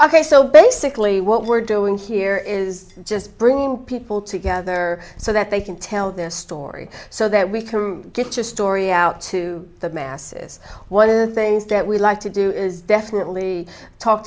ok so basically what we're doing here is just bringing people together so that they can tell their story so that we can get to story out to the masses one of the things that we like to do is definitely talk